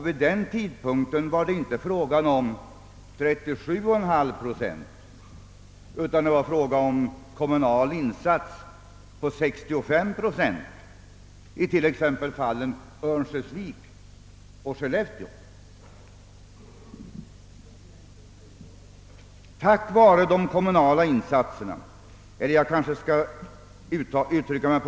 Vid den tidpunkten var det inte fråga om 37,5 procent utan om kommunala insatser på 65 procent — såsom t.ex. i fråga om Örnsköldsvik och Skellefteå.